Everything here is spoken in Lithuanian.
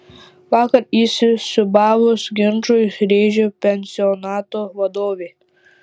vakar įsisiūbavus ginčui rėžė pensionato vadovė